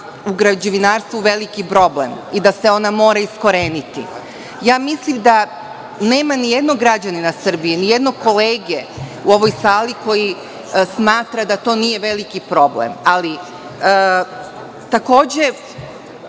u građevinarstvu veliki problem i da se ona mora iskoreniti. Mislim da nema nijednog građanina Srbije, nijednog kolege u ovoj sali koji smatra da to nije veliki problem, ali, takođe,